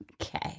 Okay